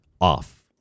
off